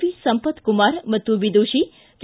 V Sampath Kumar ಮತ್ತು ವಿದುಷಿ K